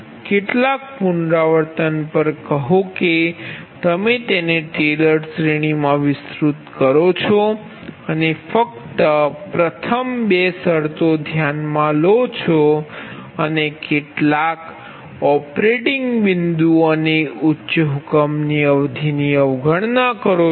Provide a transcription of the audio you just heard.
કેટલાક પુનરાવર્તન પર કહો કે તમે તેને ટેલર શ્રેણીમાં વિસ્તૃત કરો છો અને ફક્ત પ્રથમ 2 શરતો ધ્યાનમાં લો છો અને કેટલાક ઓપરેટિંગ બિંદુ અને ઉચ્ચ હુકમની અવધિની અવગણના કરો છો